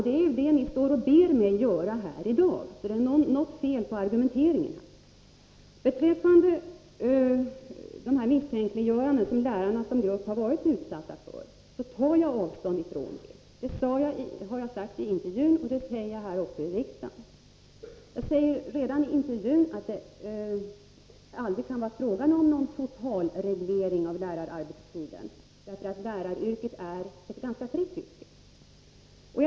Det är ju det ni ber mig göra här i dag — det är alltså något fel på er argumentering! De misstänkliggöranden som lärarna som grupp har varit utsatta för tar jag avstånd ifrån — det har jag sagt i intervjun, och det säger jag också här i riksdagen. Jag sade redan i intervjun att det aldrig kan bli fråga om någon totalreglering av lärararbetstiden, därför att läraryrket är ett ganska fritt yrke.